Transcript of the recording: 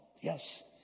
yes